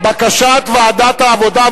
בקשת ועדת העבודה,